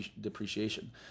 depreciation